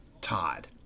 Todd